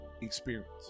experience